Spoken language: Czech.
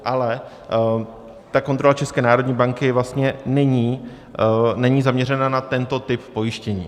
Ale kontrola České národní banky vlastně není zaměřena na tento typ pojištění.